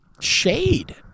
shade